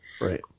Right